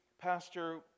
pastor